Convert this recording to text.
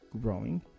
growing